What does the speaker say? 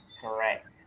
Correct